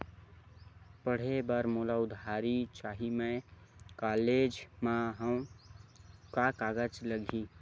पढ़े बर मोला उधारी चाही मैं कॉलेज मा हव, का कागज लगही?